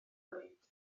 bryd